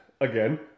again